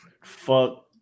Fuck